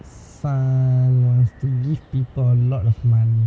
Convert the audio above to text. sun wants to give people a lot of money